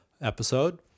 episode